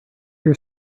your